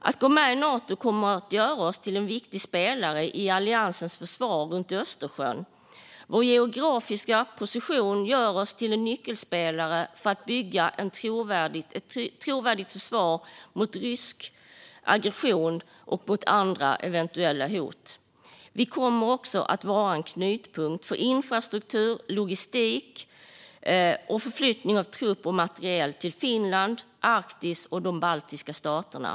Att gå med i Nato kommer att göra oss till en viktig spelare i alliansens försvar runt Östersjön. Vår geografiska position gör oss till en nyckelspelare för att bygga ett trovärdigt försvar mot rysk aggression och andra eventuella hot. Vi kommer också att vara en knutpunkt för infrastruktur, logistik och förflyttning av trupp och materiel till Finland, Arktis och de baltiska staterna.